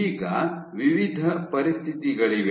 ಈಗ ವಿವಿಧ ಪರಿಸ್ಥಿತಿಗಳಿವೆ